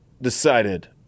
decided